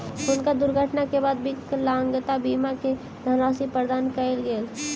हुनका दुर्घटना के बाद विकलांगता बीमा के धनराशि प्रदान कयल गेल